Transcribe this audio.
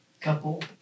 Couple